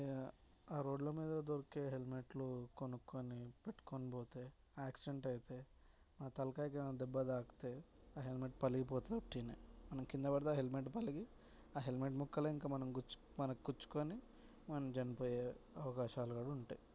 ఇగ ఆ రోడ్ల మీద దొరికే హెల్మెట్లు కొనుక్కొని పెట్టుకొని పోతే ఆక్సిడెంట్ అయితే ఆ తలకాయకు ఏదన్న దెబ్బ తాకితే ఆ హెల్మెట్ పగిలిపోతుంది ఉట్టిగనే మనం కింద పడితే ఆ హెల్మెట్ పగిలి ఆ హెల్మెట్ ముక్కలే ఇంక మనకు గుచ్చుకొని మనం చనిపోయే అవకాశాలు కూడా ఉంటాయి